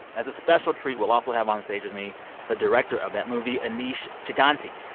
as a special treat, we'll also have onstage with me the director of that movie, aneesh chaganty.